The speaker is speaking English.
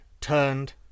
turned